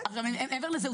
מעבר לזה,